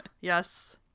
Yes